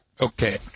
Okay